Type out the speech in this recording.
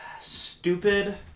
stupid